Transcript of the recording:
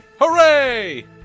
Hooray